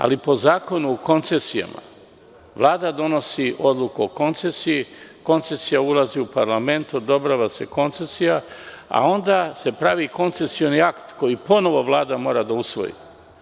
Ali, po Zakonu o koncesijama, Vlada donosi odluku o koncesiji, koncesija ulazi u parlament, odobrava se, a onda se pravi koncesioni akt koji ponovo Vlada mora da usvoji.